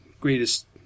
greatest